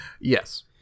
Yes